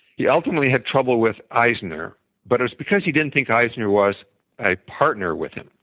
he ultimately had trouble with eisner but it was because he didn't think eisner was a partner with him.